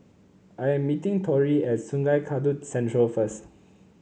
I am meeting Torey at Sungei Kadut Central first